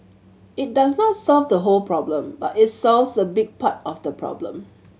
it does not solve the whole problem but it solves a big part of the problem